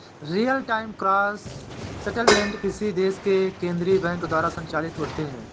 real time gross settlement किसी देश के केन्द्रीय बैंक द्वारा संचालित होते हैं